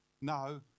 no